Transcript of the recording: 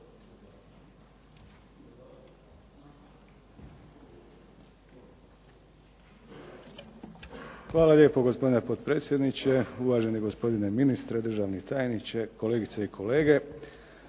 Hvala lijepo gospodine potpredsjedniče, uvaženi gospodine ministre, državni tajniče, kolegice i kolege.